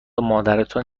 مادرتان